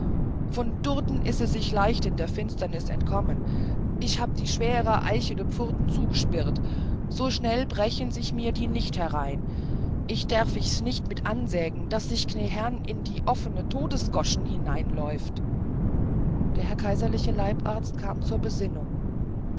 von durten ise sich leicht in der finstern entkommen ich hab ich die schwäre eichene pfurten zu'gspirrt so schnell brechen sich mir die nicht herein ich derf ich's nicht mit ansägen daß sich knäherr in die offne todesgoschen hineinläuft der herr kaiserliche leibarzt kam zur besinnung